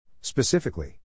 Specifically